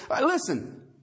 Listen